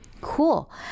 Cool